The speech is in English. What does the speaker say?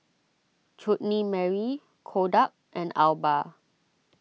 Chutney Mary Kodak and Alba